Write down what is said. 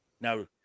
Now